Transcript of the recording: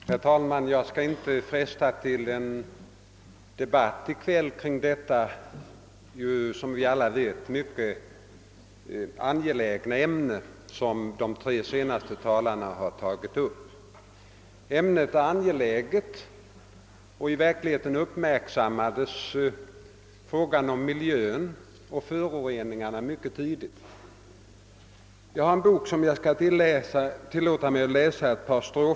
Herr talman! Jag skall inte fresta till en debatt i kväll kring det såsom vi alla vet mycket angelägna ämne som de tre senaste talarna har tagit upp. Ämnet är angeläget, och i verkligheten uppmärksammades frågan om miljön och föroreningarna mycket tidigt. Jag har i min hand en bok, som jag skall tillåta mig att läsa några meningar ur.